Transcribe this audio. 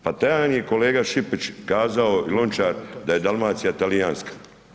Pa Tajani je kolega Šipić kazao i Lončar da je Dalmacija talijanska.